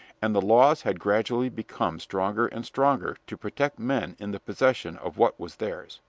and the laws had gradually become stronger and stronger to protect men in the possession of what was theirs.